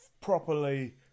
properly